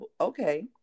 okay